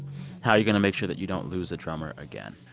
how are you going to make sure that you don't lose a drummer again?